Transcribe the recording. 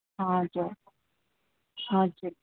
हजुर हजुर